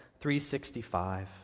365